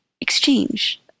exchange